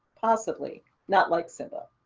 possibly not like simba?